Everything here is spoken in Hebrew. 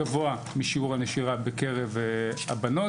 גבוה משיעור הנשירה בקרב הבנות.